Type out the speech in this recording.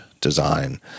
design